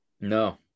No